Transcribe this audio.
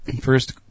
First